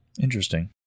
Interesting